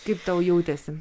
kaip tau jautėsi